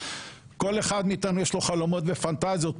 כל אחד מאיתנו יש לו חלומות ופנטזיות,